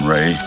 Ray